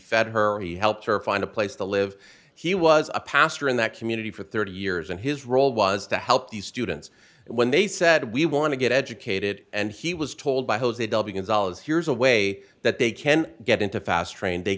fed her he helped her find a place to live he was a pastor in that community for thirty years and his role was to help these students when they said we want to get educated and he was told by jose dobbins all of here's a way that they can get into fast train they